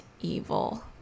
evil